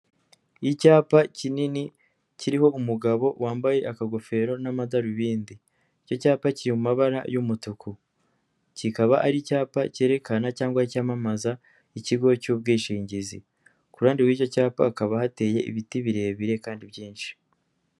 Icyapa kinini, kiriho umugabo wambaye akagofero n'amadarubindi. Icyo cyapa kiri mu mabara y'umutuku. Kikaba ari icyapa cyerekana cyangwa cyamamaza, ikigo cy'ubwishingizi. Ku ruhande rw'icyo cyapa hakaba hateye ibiti birebire kandi byinshi.